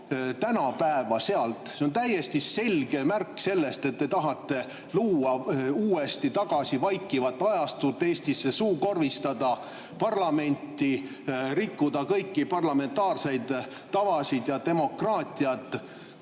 tänapäeva tuua. See on täiesti selge märk, et te tahate luua uuesti Eestis vaikivat ajastut, suukorvistada parlamenti, rikkuda kõiki parlamentaarseid tavasid ja demokraatiat.